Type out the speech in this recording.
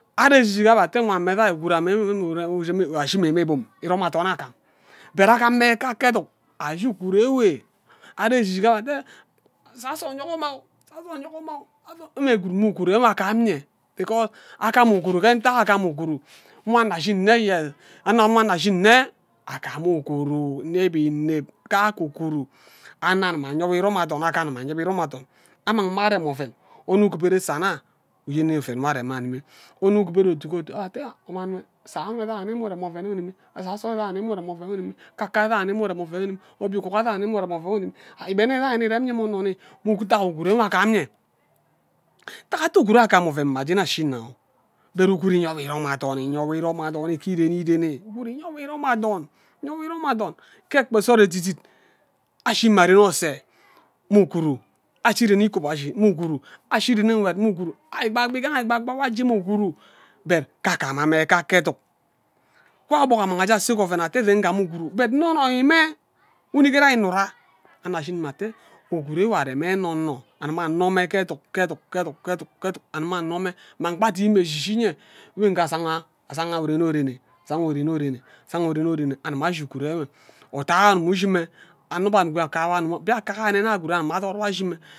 Are ejijia abhe ate wean mme jan yan ughuru ashi mme mme bum but agam mme kake eduk ashi ughuru enwe are ke ejijik abe ate esaso nyogor mme asaso nyogor mma abhe gwud mme ughuru enwe agam nye agam ughuru mme ntak ghe agam ughuru nghe anno ashin nne yes agha anno ashin nne agam ughuru ineb ineb kake ughuru anno agima anyewo irom athon aga anim anye bhe irom athon among mme arem oven onno uguboro sanah nku uyen oven nwo arem anim onno uguboro atta ghe oto sir enwe rani mme urem oven enwe unimi abuso rani mme urem oven enwe unini oven ire kaka enwe mme urem oven rem aven enwe unimi obie uguga rani mme urem oven enwe unimi igben ran ireme nna mme onno nni ntak ughuru ja ghe agam nye ntak atte ughuru agam oven mma jeni ashi but ughura inye wo irom athon inye wo irom athom nke ire irene inye wo irom athom inye wo irom athon ke kpe nsod edit edit ashi mma ren ose mme ughoro ashi ren me ikobashi mme ughuru ashi rene nkwed mme ughuru ashi kpa egbi igaha egbi kpa kpa wo je mme ughuru but ka agima mme ka ke eduk wan obok amang aje ase eyark oven ate je ngima ughuru nnonorime unighere nyo unnurah anno ashi unma ate ughura enwe are mme enono anime anome ke eduk ke eduk ke eduk ke eduk ke eduk anime anome mma egbi adimi mme eshi shi nye mme nga azanga azaga orene orene azanga orenne orene azanga orene orene anime ashi ughuru enwe uta yo ini ishi mme anno mbe annuki aka wo mbiaka anoen anyo gwud agim adort wo ashi